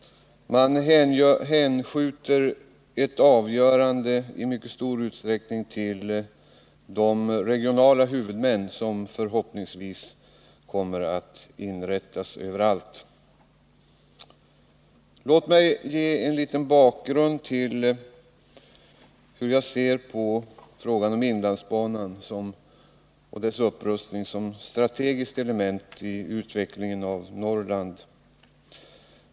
I mycket stor utsträckning hänskjuts avgörandet till de regionala huvudmän som förhoppningsvis kommer att finnas överallt. Låt mig ge en liten bakgrund till hur jag ser på frågan om inlandsbanan och dess upprustning som ett strategiskt element när det gäller utvecklingen av Norrland.